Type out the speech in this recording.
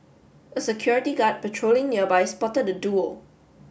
a security guard patrolling nearby spotted the duo